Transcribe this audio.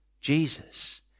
Jesus